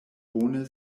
bone